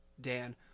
Dan